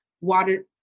water